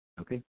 okay